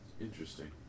Interesting